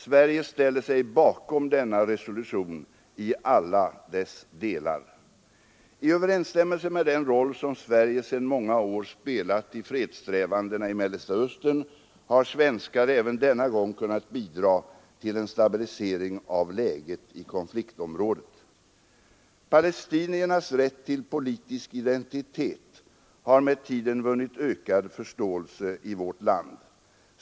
Sverige ställer sig bakom denna resolution i alla dess delar. I överensstämmelse med den roll som Sverige sedan många år spelat i fredssträvandena i Mellersta Östern har svenskar även denna gång kunnat bidra till en stabilisering av läget i konfliktområdet. Palestiniernas rätt till politisk identitet har med tiden vunnit ökad förståelse i vårt land.